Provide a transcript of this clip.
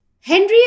Henry